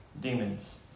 demons